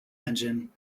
engine